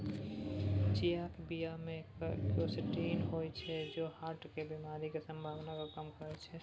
चियाक बीया मे क्वरसेटीन होइ छै जे हार्टक बेमारी केर संभाबना केँ कम करय छै